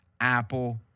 Apple